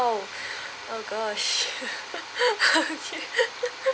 oh oh gosh okay